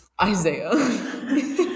Isaiah